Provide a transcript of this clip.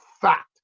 fact